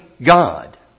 God